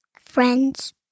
Friends